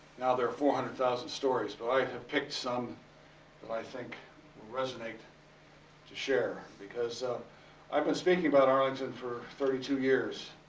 now there are four hundred thousand stories, but i have picked some that i think will resonate to share. because i've been speaking about arlington for thirty two years.